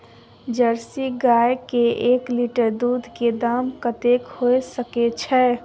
Jersey गाय के एक लीटर दूध के दाम कतेक होय सके छै?